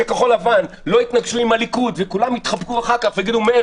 שכחול-לבן לא יתנגשו עם הליכוד וכולם יתחבקו אחר כך ויגידו: מאיר,